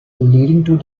leading